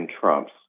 Trump's